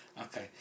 Okay